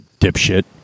dipshit